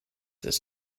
this